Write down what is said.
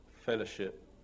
fellowship